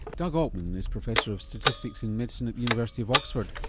doug altman is professor of statistics in medicine at the university of oxford.